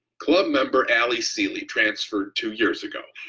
club member ally sealy transferred two years ago.